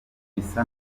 bisa